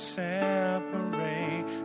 separate